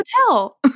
hotel